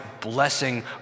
blessing